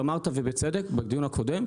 אמרת ובצדק בדיון הקודם,